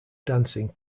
dancing